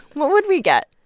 what would we get?